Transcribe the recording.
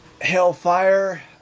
Hellfire